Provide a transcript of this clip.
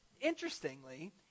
Interestingly